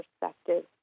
perspective